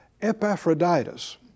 Epaphroditus